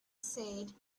said